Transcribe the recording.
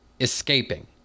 escaping